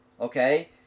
Okay